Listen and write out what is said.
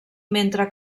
mentre